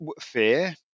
fear